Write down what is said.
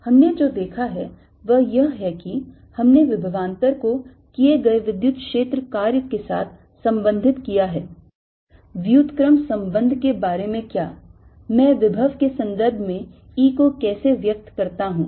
हमने जो देखा है वह यह है कि हमने विभवांतर को किए गए विद्युत क्षेत्र कार्य के साथ संबंधित किया है व्युत्क्रम संबंध के बारे में क्या मैं विभव के संदर्भ में E को कैसे व्यक्त करता हूं